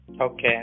okay